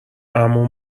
عموم